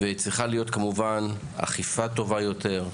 צריכה להיות כמובן אכיפה טובה יותר.